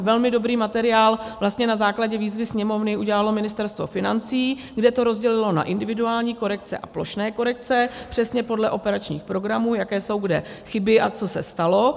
Velmi dobrý materiál na základě výzvy Sněmovny udělalo Ministerstvo financí, kde to rozdělilo na individuální korekce a plošné korekce přesně podle operačních programů, jaké jsou kde chyby a co se stalo.